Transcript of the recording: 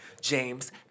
James